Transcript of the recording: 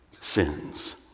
sins